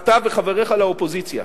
אתה וחבריך לאופוזיציה,